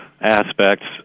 aspects